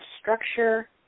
structure